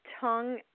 tongue